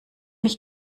ich